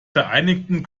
vereinigten